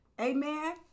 Amen